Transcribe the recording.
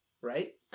right